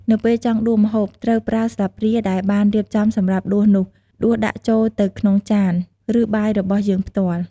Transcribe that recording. នៅពេលចង់ដួសម្ហូប ត្រូវប្រើស្លាបព្រាដែលបានរៀបចំសម្រាប់ដួសនោះ ដួសដាក់ចូលទៅក្នុងចាន ឬបាយរបស់យើងផ្ទាល់។